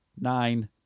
nine